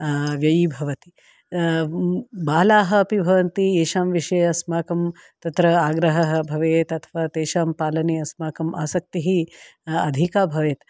व्ययी भवति बालाः अपि भवन्ति येषां विषये अस्माकम् तत्र आग्रहः भवेत् अथवा तेषां पालने अस्माकम् आसक्तिः अधिका भवेत्